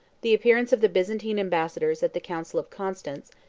the appearance of the byzantine ambassadors at the council of constance,